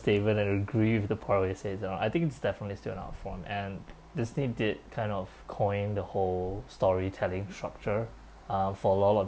statement I agree with the part where you say it's an art I think it's definitely still an art form and disney did kind of coin the whole storytelling structure um for a lot of